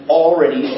already